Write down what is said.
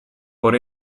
por